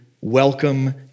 welcome